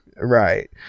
Right